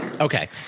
Okay